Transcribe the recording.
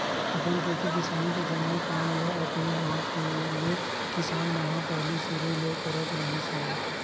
अपन खेती किसानी के जम्मो काम ल अपने हात ले किसान मन ह पहिली सुरु ले करत रिहिस हवय